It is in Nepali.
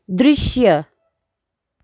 दृश्य